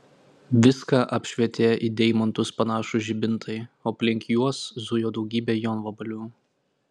viską apšvietė į deimantus panašūs žibintai o aplink juos zujo daugybė jonvabalių